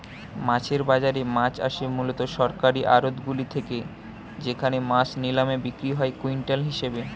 মাছের বাজারে মাছ আসে মূলত সরকারি আড়তগুলি থেকে যেখানে মাছ নিলামে বিক্রি হয় কুইন্টাল হিসেবে